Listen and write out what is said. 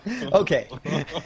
Okay